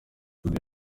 dudu